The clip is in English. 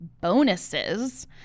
bonuses